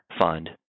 fund